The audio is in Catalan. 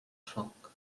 foc